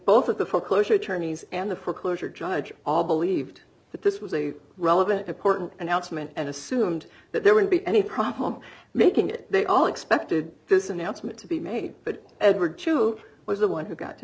both of the foreclosure attorneys and the foreclosure judge all believed that this was a relevant a court announcement and assumed that there wouldn't be any problem making it they all expected this announcement to be made but edward chu was the one who got to